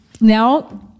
now